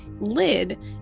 lid